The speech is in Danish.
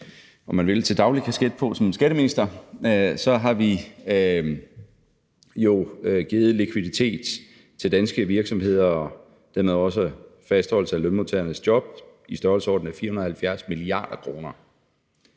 om man vil, til daglig-kasket på som skatteminister, kan jeg sige, at vi jo har givet likviditet til danske virksomheder – og dermed også sørget for fastholdelse af lønmodtagernes job – i størrelsesordenen 470 mia. kr.